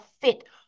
fit